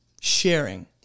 sharing